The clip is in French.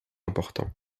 important